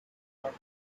work